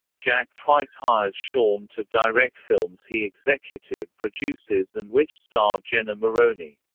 jack twice hires shawn to direct films he executive produces and which star jenna maroney.